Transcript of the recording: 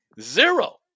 Zero